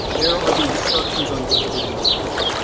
there are the instructions on deliberate indifference.